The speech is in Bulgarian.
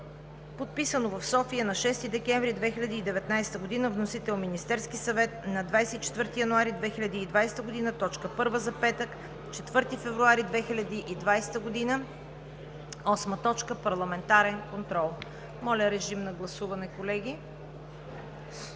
подписано в София на 6 декември 2019 г. Вносител – Министерският съвет, на 24 януари 2020 г. – точка първа за петък, 14 февруари 2020 г. 8. Парламентарен контрол.“ Моля, режим на гласуване.